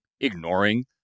ignoring